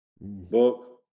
Book